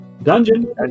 Dungeon